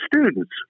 students